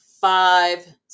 five